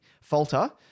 falter